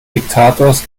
diktators